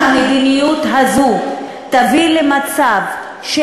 אנחנו ראינו שהמדיניות הזאת תביא למצב של,